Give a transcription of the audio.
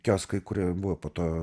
kioskai kurie buvo po to